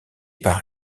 par